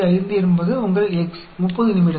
5 என்பது உங்கள் x 30 நிமிடங்கள்